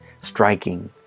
Striking